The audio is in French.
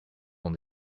dans